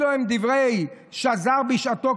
אלו דברי שזר בשעתו,